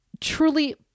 truly